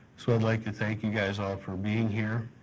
so i'd like to thank you guys all for being here,